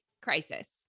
Crisis